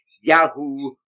Yahoo